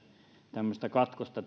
tämmöistä katkosta